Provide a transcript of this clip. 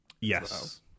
Yes